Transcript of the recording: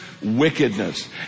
wickedness